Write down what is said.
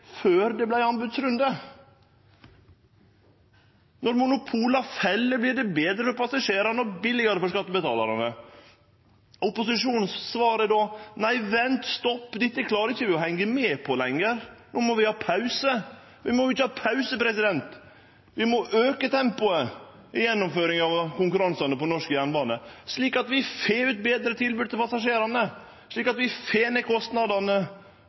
før det vart anbodsrunde. Når monopola fell, vert det betre for passasjerane og billegare for skattebetalarane. Opposisjonens svar er då: Nei, vent, stopp, dette klarar vi ikkje å hengje med på lenger, no må vi ha pause. Vi må ikkje ha pause, vi må auke tempoet i gjennomføringa av konkurransane på norsk jernbane, slik at vi får eit betre tilbod til passasjerane, slik at vi får ned